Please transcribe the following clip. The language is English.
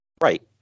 Right